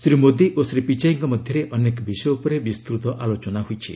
ଶ୍ରୀ ମୋଦୀ ଓ ଶ୍ରୀ ପିଚାଇଙ୍କ ମଧ୍ୟରେ ଅନେକ ବିଷୟ ଉପରେ ବିସ୍ତୃତ ଆଲୋଚନା ହୋଇଛି